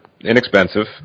inexpensive